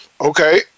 Okay